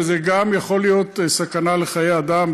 וזה גם יכול להיות סכנה לחיי אדם,